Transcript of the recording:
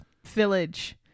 Village